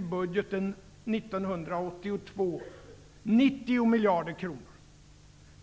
budgetunderskottet 90 miljarder kronor år 1982.